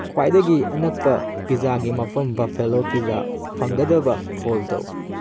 ꯈ꯭ꯋꯥꯏꯗꯒꯤ ꯑꯅꯛꯄ ꯄꯤꯖꯥꯒꯤ ꯃꯐꯝ ꯕꯐꯐꯦꯂꯣ ꯄꯤꯖꯥ ꯐꯪꯒꯗꯕ ꯐꯣꯜ ꯇꯧ